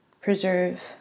preserve